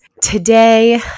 today